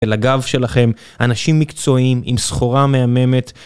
ולגב שלכם, אנשים מקצועיים עם סחורה מהממת.